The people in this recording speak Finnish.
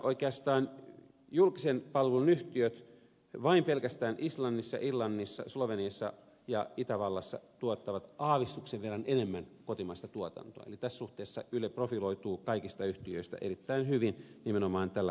oikeastaan julkisen palvelun yhtiöt vain pelkästään islannissa irlannissa sloveniassa ja itävallassa tuottavat aavistuksen verran enemmän kotimaista tuotantoa eli tässä suhteessa yle profiloituu kaikista yhtiöistä erittäin hyvin nimenomaan tällä kotimaisuusasteella